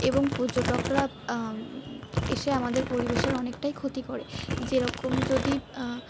এবং পর্যটকরা এসে আমাদের পরিবেশের অনেকটাই ক্ষতি করে যে রকম যদি